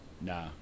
Nah